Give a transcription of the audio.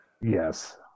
Yes